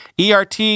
ERT